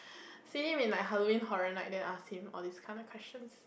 see him in my Halloween Horror Night then ask him all this kind of questions